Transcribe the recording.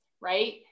right